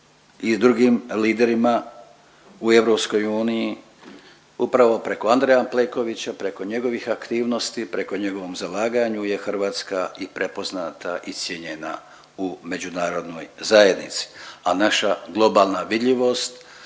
i drugim liderima u EU. Upravo preko Andreja Plenkovića preko njegovih aktivnosti, preko njegovom zalaganju je Hrvatska i prepoznata i cijenjena u međunarodnoj zajednici. A naša globalna vidljivost